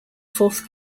fourth